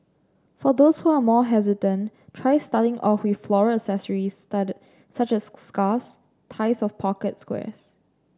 for those who are more hesitant try starting off with floral accessories study such as scarves ties of pocket squares